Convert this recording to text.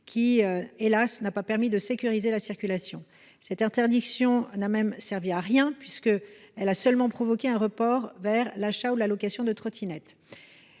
Hélas, cela n’a pas permis de sécuriser la circulation. Cette interdiction n’a même servi à rien, puisqu’elle s’est traduite par un report vers l’achat ou la location de trottinettes.